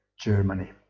Germany